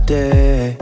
day